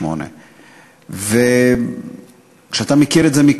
כשהוא היה בן 28. וכשאתה מכיר את זה מקרוב,